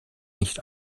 nicht